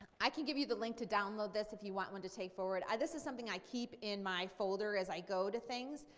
i can give you the link to download this if you want one to take forward. this is something i keep in my folder as i go to things.